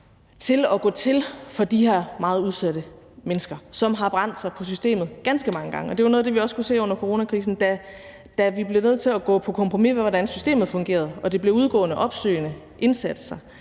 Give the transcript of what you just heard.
til at gå til for de her meget udsatte mennesker, som har brændt sig på systemet ganske mange gange. Og det var jo noget af det, vi også kunne se under coronakrisen, da vi blev nødt til at gå på kompromis med, hvordan systemet fungerede. Det blev udgående og opsøgende indsatser